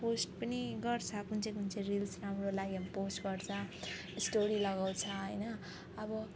post पनि गर्छु कुन चाहिँ कुन चाहिँ रिल्स राम्रो लाग्यो भने पोस्ट गर्छु स्टोरी लगाउँछु होइन अब